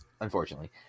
Unfortunately